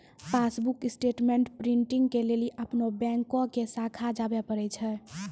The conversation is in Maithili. पासबुक स्टेटमेंट प्रिंटिंग के लेली अपनो बैंको के शाखा जाबे परै छै